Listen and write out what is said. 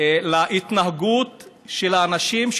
להתנהגות של האנשים,